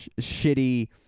shitty